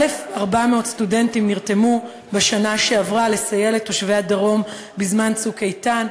1,400 סטודנטים נרתמו בשנה שעברה לסייע לתושבי הדרום בזמן "צוק איתן",